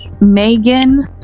Megan